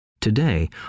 today